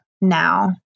now